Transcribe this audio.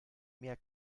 mehr